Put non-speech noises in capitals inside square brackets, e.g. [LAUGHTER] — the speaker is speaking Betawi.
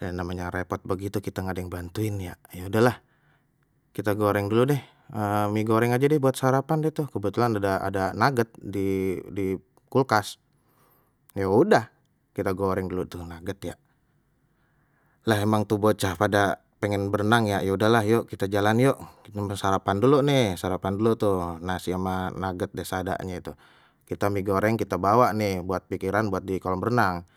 ya namanya repot begitu kita nggak ada yang bantuin ya, ya udahlah kita goreng dulu deh [HESITATION] mie goreng aja deh buat sarapan deh tu kebetulan ada ada nugget di di kulkas ya udah kita goreng dulu tuh nugget ya. Lah emang tuh bocah pada pengen berenang ya ya udahlah yuk kita jalan yuk nunggu sarapan dulu nih sarapan dulu tuh nasi ama nugget deh seadanye tuh kita mie goreng kita bawa nih buat pikiran buat di kolam renang.